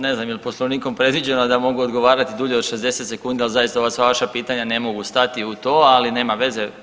Ne znam da li je Poslovnikom predviđeno da mogu odgovarati dulje od 60 sekundi, ali zaista ova sva vaša pitanja ne mogu stati u to ali nema veze.